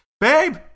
babe